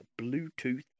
Bluetooth